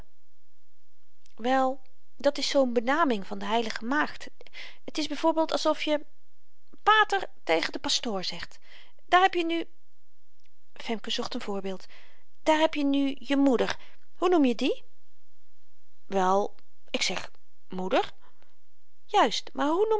wel dat is zoo'n benaming van de heilige maagd t is by voorbeeld alsof je pater tegen den pastoor zegt daar heb je nu femke zocht een voorbeeld daar heb je nu je moeder hoe noem je die wel ik zeg moeder juist maar